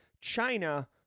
China